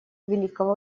великого